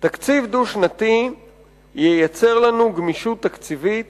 "תקציב דו-שנתי ייצר לנו גמישות תקציבית